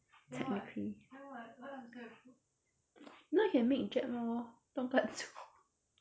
technically if not you can make jap lor tonkatsu